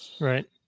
Right